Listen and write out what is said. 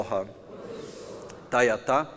Tayata